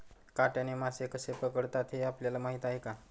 काट्याने मासे कसे पकडतात हे आपल्याला माहीत आहे का?